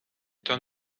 تان